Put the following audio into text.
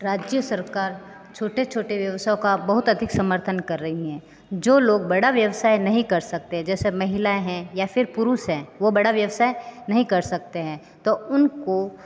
राज्य सरकार छोटे छोटे व्यवसायों का बहुत अधिक समर्थन कर रही हैं जो लोग बड़ा व्यवसाय नहीं कर सकते जैसे महिलाएँ हैं या फिर पुरुष हैं वो बड़ा व्यवसाय नहीं कर सकते हैं तो उनको